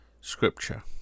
scripture